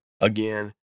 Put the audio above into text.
again